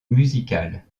musical